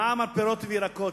מע"מ על הפירות והירקות,